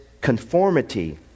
conformity